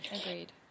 Agreed